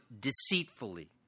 deceitfully